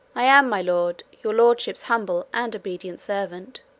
i am, my lord, your lordship's humble and obedient servant,